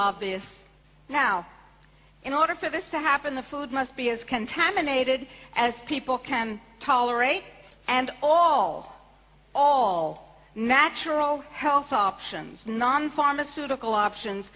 obvious now in order for this to happen the food must be as contaminated as people can tolerate and all all natural health options non pharmaceutical options